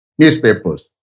newspapers